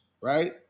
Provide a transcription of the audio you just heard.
right